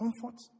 comfort